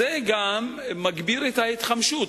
זה גם מגביר את ההתחמשות,